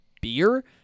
beer